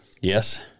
yes